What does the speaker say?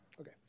Okay